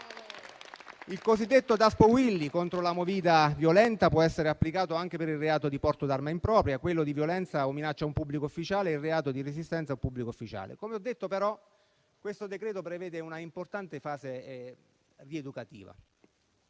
Il cosiddetto Daspo Willy contro la movida violenta può essere applicato anche per il reato di porto d'arma impropria, quello di violenza o minaccia a un pubblico ufficiale e il reato di resistenza a un pubblico ufficiale. Come ho detto, questo decreto prevede però una importante fase rieducativa